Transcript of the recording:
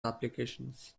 applications